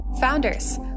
Founders